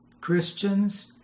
Christians